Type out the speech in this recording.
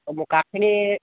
অঁ মই কাঠখিনি